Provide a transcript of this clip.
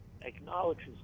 acknowledges